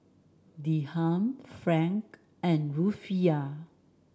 Dirham franc and Rufiyaa